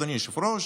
אדוני היושב-ראש,